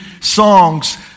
songs